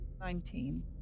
Nineteen